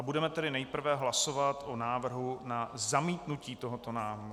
Budeme tedy nejprve hlasovat o návrhu na zamítnutí tohoto návrhu.